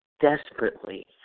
desperately